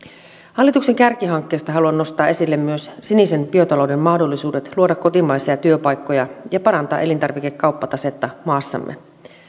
hallituksen kärkihankkeista haluan nostaa esille myös sinisen biotalouden mahdollisuudet luoda kotimaisia työpaikkoja ja parantaa elintarvikekauppatasetta maassamme